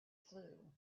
flue